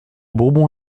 bourbon